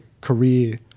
career